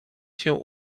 się